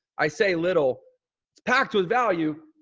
i say, little it's packed with value,